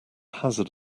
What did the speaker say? hazard